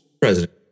president